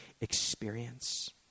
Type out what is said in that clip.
experience